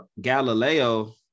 Galileo